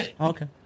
Okay